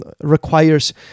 requires